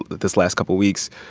this last couple of weeks,